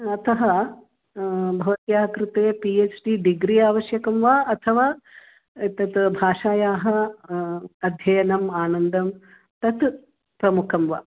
अतः भवत्याः कृते पि एच् डि डिग्री आवश्यकं वा अथवा एतत् भाषायाः अध्ययनम् आनन्दं तत् प्रमुखं वा